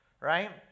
right